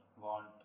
want